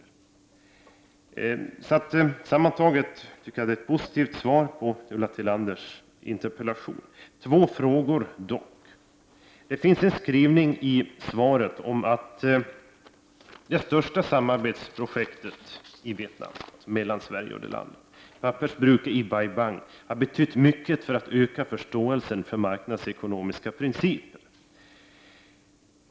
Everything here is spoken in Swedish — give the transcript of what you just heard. Sammantaget tycker jag att statsrådet lämnat ett positivt svar på Ulla Tillanders interpellation. Jag har dock två frågor. Det finns en skrivning i svaret om att det största samarbetsprojektet mellan Sverige och Vietnam, pappersbruket i Bai Bang, har betytt mycket för att öka förståelsen för marknadsekonomiska principer.